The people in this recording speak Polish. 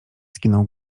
skinął